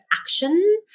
action